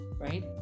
right